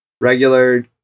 regular